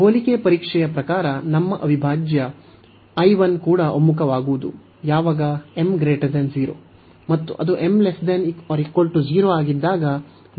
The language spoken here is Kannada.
ಹೋಲಿಕೆ ಪರೀಕ್ಷೆಯ ಪ್ರಕಾರ ನಮ್ಮ ಅವಿಭಾಜ್ಯ I 1 ಕೂಡ ಒಮ್ಮುಖವಾಗುವುದು ಯಾವಾಗ m 0 ಮತ್ತು ಅದು m≤0 ಆಗಿದ್ದಾಗ ಭಿನ್ನವಾಗಿರುತ್ತದೆ